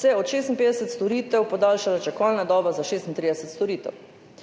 se je od 56 storitev podaljšala čakalna doba za 36 storitev.